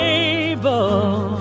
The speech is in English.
able